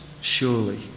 surely